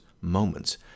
moments